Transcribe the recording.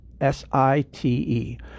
s-i-t-e